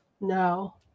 no